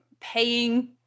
paying